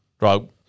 Right